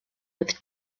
with